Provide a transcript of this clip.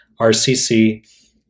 RCC